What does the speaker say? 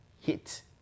hit